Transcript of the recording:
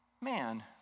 man